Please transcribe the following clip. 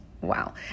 Wow